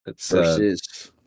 Versus